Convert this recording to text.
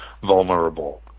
vulnerable